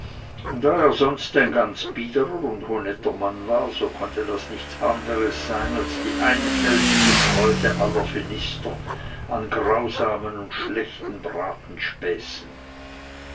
da er sonst ein ganz biederer und honetter mann war so konnte das nichts anderes sein als die einfältige freude aller philister an grausamen und schlechten